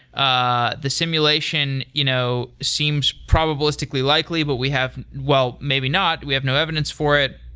ah the simulation you know seems probabilistically likely, but we have well, maybe not. we have no evidence for it.